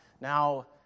Now